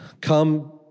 come